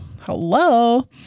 Hello